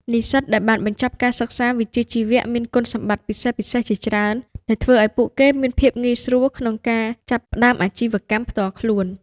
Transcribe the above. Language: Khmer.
និស្សិតដែលបានបញ្ចប់ការសិក្សាវិជ្ជាជីវៈមានគុណសម្បត្តិពិសេសៗជាច្រើន ដែលធ្វើឱ្យពួកគេមានភាពងាយស្រួលក្នុងការចាប់ផ្តើមអាជីវកម្មផ្ទាល់ខ្លួន។